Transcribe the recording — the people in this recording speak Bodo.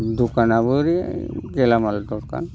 दकानाबो ओइ गेलामाल दकान